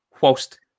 whilst